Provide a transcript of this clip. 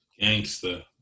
Gangster